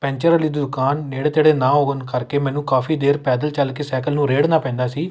puncture ਵਾਲੇ ਦੀ ਦੁਕਾਨ ਨੇੜੇ ਤੇੜੇ ਨਾ ਹੋ ਕਰਕੇ ਮੈਨੂੰ ਕਾਫੀ ਦੇਰ ਪੈਦਲ ਚੱਲ ਕੇ ਸਾਈਕਲ ਨੂੰ ਰੇੜਨਾ ਪੈਂਦਾ ਸੀ